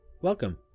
Welcome